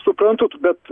suprantu bet